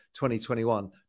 2021